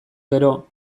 gero